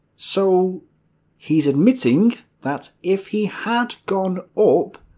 so he's admitting that if he had gone up,